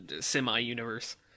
semi-universe